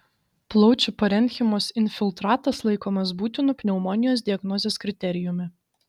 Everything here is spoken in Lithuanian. plaučių parenchimos infiltratas laikomas būtinu pneumonijos diagnozės kriterijumi